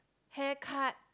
haircut